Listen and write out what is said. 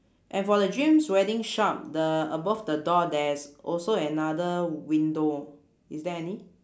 and for the dreams wedding shop the above the door there's also another window is there any